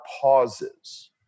pauses